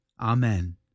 Amen